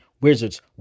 Wizards